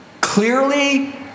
clearly